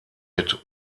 mit